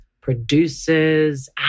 producers